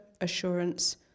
assurance